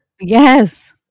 Yes